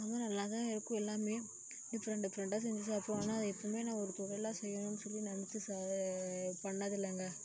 நல்லாதான் இருக்கும் எல்லாமே டிஃப்ரெண்ட் டிஃப்ரெண்ட்டாக செஞ்சு சாப்பிடுவோம் ஆனால் எப்போதுமே நான் ஒரு தொழிலாக செய்யணுன்னு சொல்லி நினச்சி பண்ணதில்லைங்க